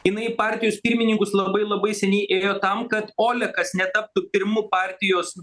jinai į partijos pirmininkus labai labai seniai ėjo tam kad olekas netaptų pirmu partijos